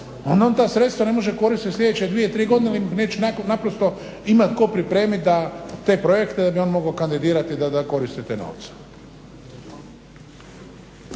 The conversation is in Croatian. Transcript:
onda on ta sredstva ne može koristiti sljedeće 2-3 godine jer naprosto neće imat tko pripremit te projekte da bi on mogao kandidirati da koristi te novce.